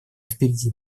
впереди